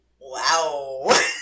Wow